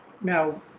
Now